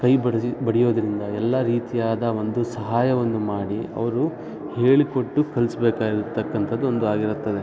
ಕೈ ಬಡಿಸಿ ಬಡಿಯೋದರಿಂದ ಎಲ್ಲ ರೀತಿಯಾದ ಒಂದು ಸಹಾಯವನ್ನು ಮಾಡಿ ಅವರು ಹೇಳಿಕೊಟ್ಟು ಕಲಿಸ್ಬೇಕಾಗಿರ್ತಕ್ಕಂಥದ್ದು ಒಂದು ಆಗಿರುತ್ತದೆ